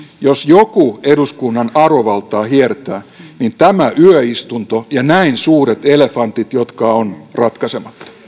jos joku eduskunnan arvovaltaa hiertää niin tämä yöistunto ja näin suuret elefantit jotka ovat ratkaisematta